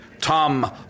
Tom